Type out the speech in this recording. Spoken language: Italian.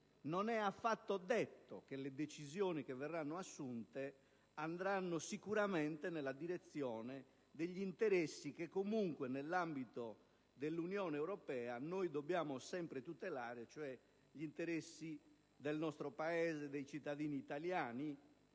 non è affatto detto che le decisioni che verranno assunte vadano nella direzione degli interessi che comunque nell'ambito dell'Unione europea noi dobbiamo sempre tutelare, cioè gli interessi del nostro Paese, dei cittadini italiani,